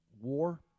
war